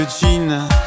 jeans